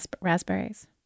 raspberries